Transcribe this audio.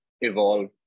evolve